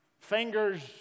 Fingers